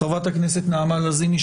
חברת הכנסת נעמה לזימי,